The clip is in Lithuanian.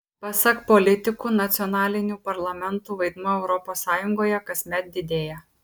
pasak politikų nacionalinių parlamentų vaidmuo europos sąjungoje kasmet didėja